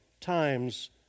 times